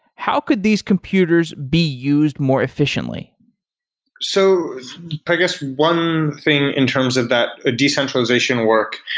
how could these computers be used more efficiently so i guess one thing in terms of that ah decentralization work,